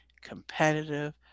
competitive